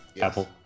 Apple